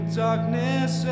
darkness